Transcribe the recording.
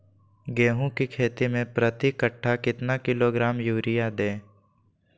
गेंहू की खेती में प्रति कट्ठा कितना किलोग्राम युरिया दे?